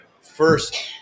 first